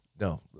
No